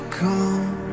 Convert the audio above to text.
come